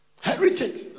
Heritage